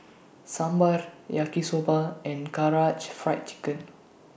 Sambar Yaki Soba and Karaage Fried Chicken